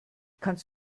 kannst